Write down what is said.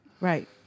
Right